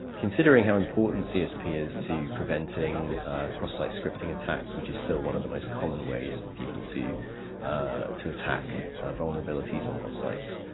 considering how important csp is to preventing cross site scripting attacks which is still one of the most common ways for people to to attack vulnerabilities on websites